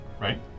right